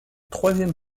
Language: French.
troisième